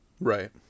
Right